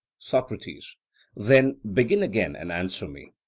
socrates then begin again, and answer me,